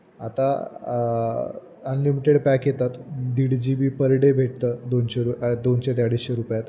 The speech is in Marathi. आता अनलिमिटेड पॅक येतात दीड जी बी पर डे भेटतं दोनशे रु दोनशे ते अडीचशे रुपयात